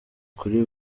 kuri